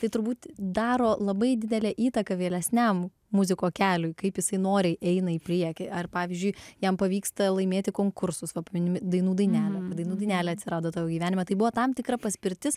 tai turbūt daro labai didelę įtaką vėlesniam muziko keliui kaip jisai noriai eina į priekį ar pavyzdžiui jam pavyksta laimėti konkursus va pamini dainų dainelę dainų dainelė atsirado tavo gyvenime tai buvo tam tikra paspirtis